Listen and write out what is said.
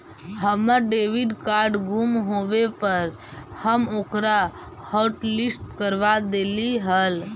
हमर debit card गुम होवे पर हम ओकरा हॉटलिस्ट करवा देली हल